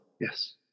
yes